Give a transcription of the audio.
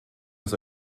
das